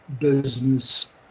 business